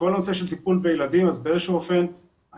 בכל הנושא של טיפול בילדים אני חושב שהמוקד